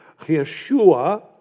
Yeshua